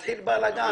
מתחיל בלגאן.